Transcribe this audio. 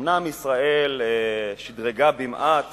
אומנם ישראל שדרגה במעט